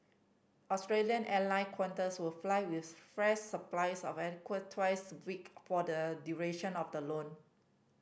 Australian airline Qantas will fly with fresh supplies of twice a week for the duration of the loan